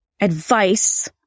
advice